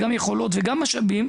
יכולות ומשאבים,